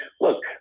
look